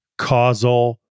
causal